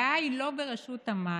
הבעיה היא לא ברשות המים.